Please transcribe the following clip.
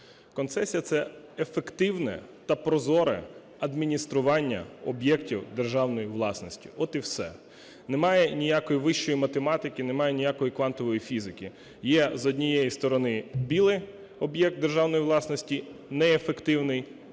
Концесія – це ефективне та прозоре адміністрування об'єктів державної власності. От і все. Немає ніякої вищої математики, немає ніякої квантової фізики. Є, з однієї сторони, біле – об'єкт державної власності, неефективний,